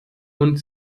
und